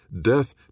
death